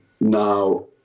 now